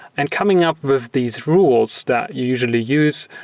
and coming up with these rules that you usually use,